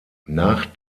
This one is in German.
nach